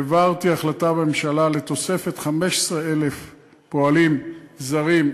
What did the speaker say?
העברתי החלטה בממשלה לתוספת 15,000 פועלים זרים,